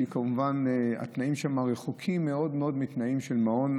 שכמובן התנאים שם רחוקים מאוד מאוד מתנאים של מעון.